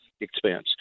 expense